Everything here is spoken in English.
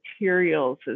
materials